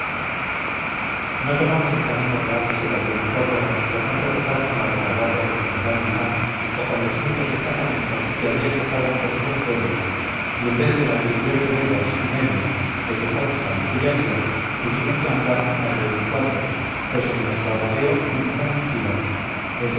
no tomamos el camino real desde bailén a córdoba por no tropezar con la retaguardia del general dupont o con los muchos destacamentos que había dejado en todos los pueblos y en vez de las diez y ocho leguas y media de que consta aquella vía tuvimos que andar unas veinticuatro pues en nuestro rodeo fuimos a mengíbar desde